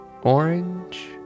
orange